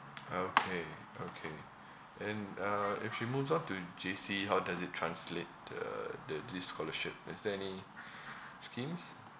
okay okay and uh if she moves on to J_C how does it translate uh the this scholarship is there any schemes